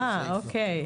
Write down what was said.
אה, אוקיי.